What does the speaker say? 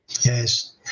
Yes